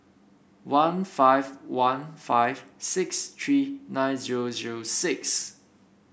one five one five six three nine zero zero six